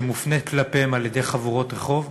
שמופנית כלפיהם על-ידי חבורות רחוב,